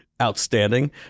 outstanding